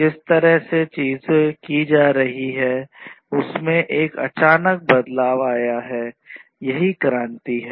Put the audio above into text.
जिस तरह से चीजें की जा रही हैं उसमें एक अचानक बदलाव आया है यही क्रांति है